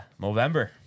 Movember